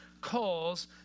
calls